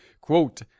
Quote